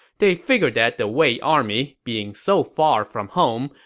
they figured that the wei army, being so far from home,